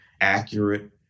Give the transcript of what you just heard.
accurate